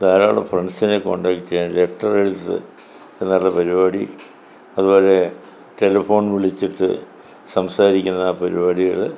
ധാരാളം ഫ്രണ്ട്സിനെ കോൺടാക്ട് ചെയ്യാൻ ലെറ്റെർ എഴുത്ത് എഴുതാറുള്ള പരിപാടി അതുപോലെ ടെലഫോൺ വിളിച്ചിട്ട് സംസാരിക്കുന്ന പരിപാടികൾ